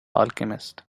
alchemist